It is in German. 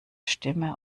stimme